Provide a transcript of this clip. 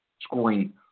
scoring